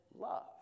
love